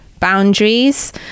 boundaries